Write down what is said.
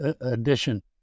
edition